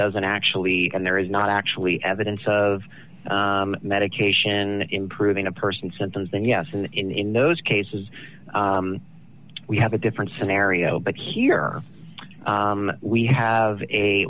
doesn't actually and there is not actually evidence of medication improving a person symptoms then yes and in those cases we have a different scenario but here we have a